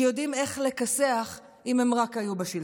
שיודעים איך לכסח אם הם רק היו בשלטון,